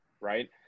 right